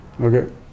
Okay